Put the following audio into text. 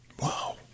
Wow